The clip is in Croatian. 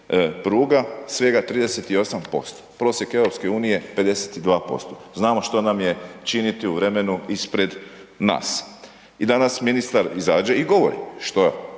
pruga svega 38%, prosjek EU je 52%, znamo što nam je činiti u vremenu ispred nas. I danas ministar izađe i govori, što